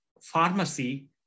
pharmacy